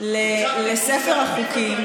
לספר החוקים.